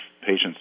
patients